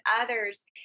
others